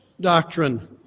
doctrine